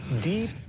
Deep